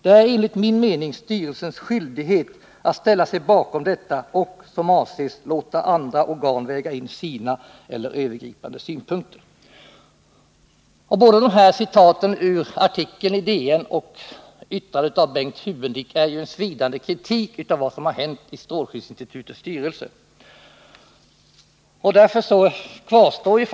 Det är enligt min mening styrelsens skyldighet att ställa sig bakom detta och, som avses, sedan låta andra organ väga in sina eller Både citatet ur artikeln i DN och citatet ur Bengt Hubendicks yttrande Torsdagen den innehåller en svidande kritik av vad som har hänt inom strålskyddsinstitutets 21 februari 1980 styrelse.